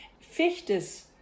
Fichte's